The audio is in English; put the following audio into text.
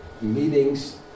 meetings